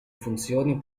funzioni